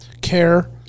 care